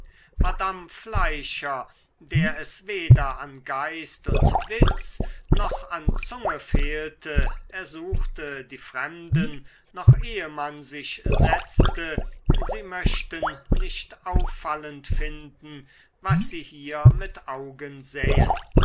madame fleischer der es weder an geist und witz noch an zunge fehlte ersuchte die fremden noch ehe man sich setzte sie möchten nicht auffallend finden was sie hier mit augen sähen